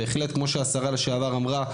בהחלט כמו שהשרה לשעבר אמרה,